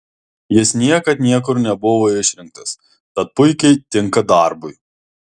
jis niekad niekur nebuvo išrinktas tad puikiai tinka darbui